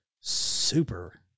super